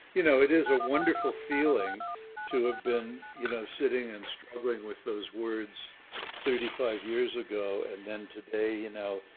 you know, it is a wonderful feeling to have been, you know, sitting and struggling with those words thirty five years ago, and then today, you know,